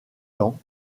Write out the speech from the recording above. temps